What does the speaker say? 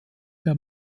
der